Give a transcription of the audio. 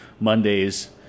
Mondays